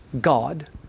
God